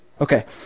Okay